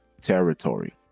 territory